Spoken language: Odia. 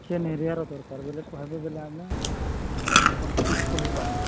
ସେ ଏରିଆର ଦରକାର ବଲେ କହବେ ବଲେ ଆମେ ଆପଣ କିଛି କହିପାର୍ମୁ